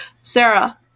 Sarah